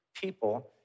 people